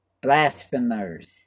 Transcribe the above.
Blasphemers